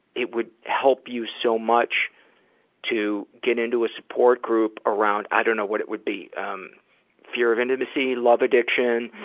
it would help you so much to get into a support group around i don't know what it would be um fear of intimacy, love addition.